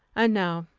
and now,